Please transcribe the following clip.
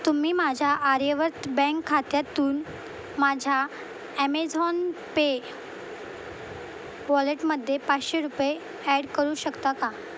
तुम्ही माझ्या आर्यवर्त बँक खात्यातून माझ्या ॲमेझॉन पे वॉलेटमध्ये पाचशे रुपये ॲड करू शकता का